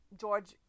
George